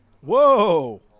Whoa